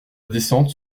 descente